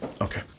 Okay